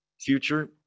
future